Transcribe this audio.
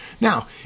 Now